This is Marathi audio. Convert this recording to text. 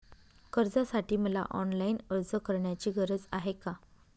कर्जासाठी मला ऑनलाईन अर्ज करण्याची गरज आहे का?